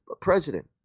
president